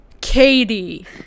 katie